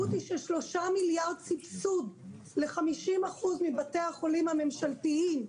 ששלושה מיליארד סבסוד ל-50% מבתי החולים הממשלתיים,